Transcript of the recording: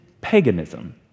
paganism